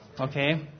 Okay